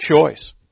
choice